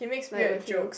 like